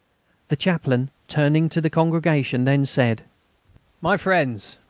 the chaplain, turning to the congregation, then said my friends,